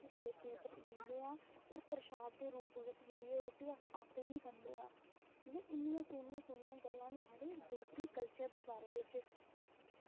देवतें पर दिन्ने आं होर ते ओह् प्रशाद दे बिच ओह् रुट्टी अस आपें बी खन्ने आं की मतलब इन्नियां इन्नियां सोह्नियां गल्लां न साढ़े डोगरी कल्चर बिच